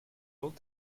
old